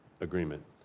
agreement